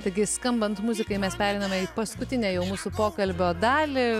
taigi skambant muzikai mes pereiname į paskutinę jau mūsų pokalbio dalį